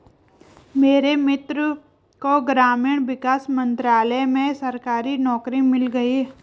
मेरे मित्र को ग्रामीण विकास मंत्रालय में सरकारी नौकरी मिल गई